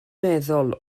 meddwl